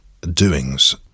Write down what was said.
doings